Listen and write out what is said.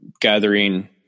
gathering